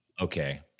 Okay